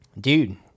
Dude